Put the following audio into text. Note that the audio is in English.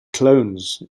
clones